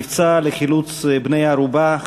המבצע לחילוץ בני הערובה,